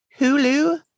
Hulu